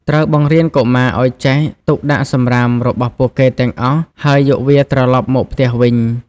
ត្រូវបង្រៀនកុមារឱ្យចេះ ទុកដាក់សំរាម របស់ពួកគេទាំងអស់ ហើយយកវាត្រឡប់មកផ្ទះវិញ។